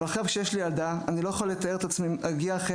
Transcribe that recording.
אבל עכשיו כשיש לי ילדה אני לא יכול לתאר את עצמי מגיע אחרי